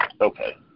Okay